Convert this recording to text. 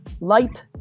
light